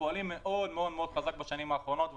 פועלים בה מאוד מאוד חזק בשנים האחרונות,